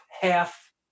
half